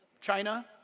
China